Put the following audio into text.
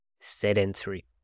sedentary